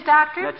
Doctor